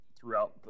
throughout